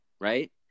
right